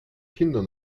kinder